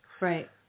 Right